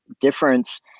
difference